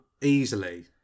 Easily